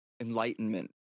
enlightenment